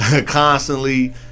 Constantly